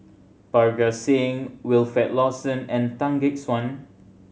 Parga Singh Wilfed Lawson and Tan Gek Suan